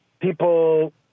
people